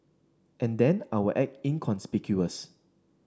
and then I will act inconspicuous